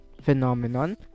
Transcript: phenomenon